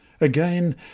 Again